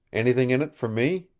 anything in it for me?